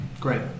great